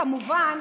כמובן,